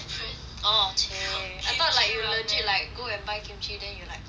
orh !chey! I thought like you legit go and buy kimchi then you like cut yourself